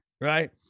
Right